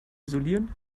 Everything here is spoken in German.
isolieren